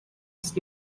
ist